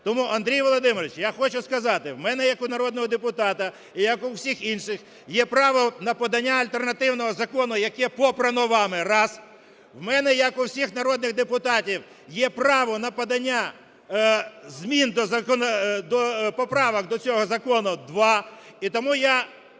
Тому, Андрій Володимирович, я хочу сказати, у мене як у народного депутата, як у всіх інших, є право на подання альтернативного закону, яке попрано вами. Раз. У мене як у всіх народних депутатів є право на подання змін до поправок до цього закону. Два.